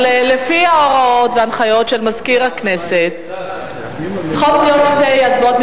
אבל לפי ההוראות וההנחיות של מזכיר הכנסת צריכות להיות שתי הצבעות,